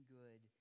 good